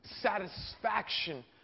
satisfaction